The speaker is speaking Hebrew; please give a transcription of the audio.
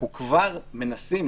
אנחנו כבר מנסים,